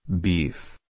Beef